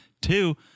Two